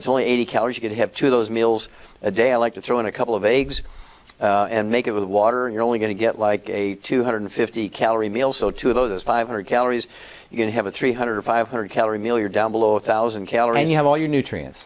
it's only eighty calories you could have two of those meals a day i like to throw in a couple of aides and make it water you're only going to get like a two hundred fifty calorie meal so two of those five hundred calories you can have a three hundred five hundred calorie meal you're down below a thousand calories and you have all your nutrients